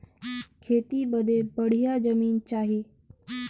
खेती बदे बढ़िया जमीन चाही